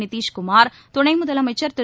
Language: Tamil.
நிதிஷ் குமார் துணை முதலமைச்சர் திரு